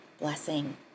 blessing